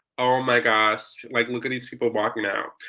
oh my gosh, like look at these people walking out.